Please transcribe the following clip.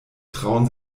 trauen